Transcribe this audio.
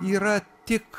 yra tik